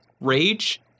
Rage